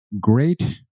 great